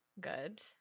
Good